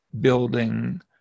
building